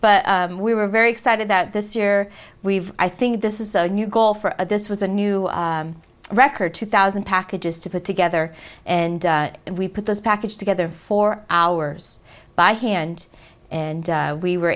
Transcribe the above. but we were very excited that this year we've i think this is a new goal for this was a new record two thousand packages to put together and we put this package together for hours by hand and we were